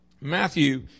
Matthew